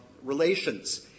Relations